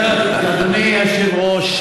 אדוני היושב-ראש,